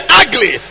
ugly